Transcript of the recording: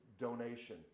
donation